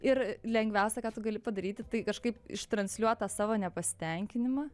ir lengviausia ką tu gali padaryti tai kažkaip ištransliuot tą savo nepasitenkinimą